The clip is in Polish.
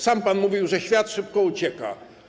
Sam pan mówił, że świat szybko ucieka.